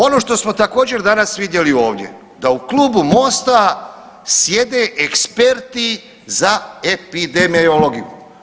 Ono što smo također danas vidjeli ovdje da u Klubu Mosta sjede eksperti za epidemiologiju.